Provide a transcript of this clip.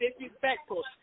disrespectful